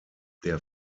der